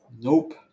Nope